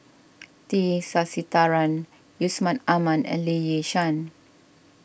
T Sasitharan Yusman Aman and Lee Yi Shyan